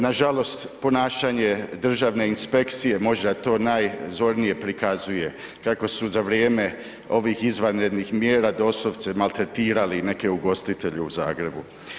Nažalost, ponašanje državne inspekcije, možda to najzornije prikazuje kako su za vrijeme ovih izvanrednih mjera doslovce maltretirali neke ugostitelje u Zagrebu.